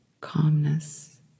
calmness